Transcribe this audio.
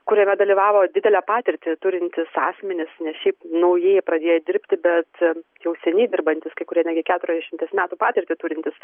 kuriame dalyvavo didelę patirtį turintys asmenys ne šiaip naujai pradėję dirbti bet jau seniai dirbantys kai kurie netgi keturiasdešimties metų patirtį turintys